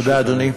תודה, אדוני.